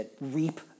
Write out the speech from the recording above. reap